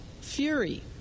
fury